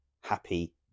happy